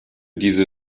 diese